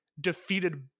defeated